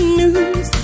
news